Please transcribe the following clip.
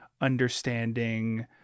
understanding